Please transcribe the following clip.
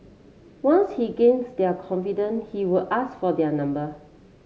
once he gained their confident he will ask for their number